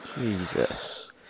Jesus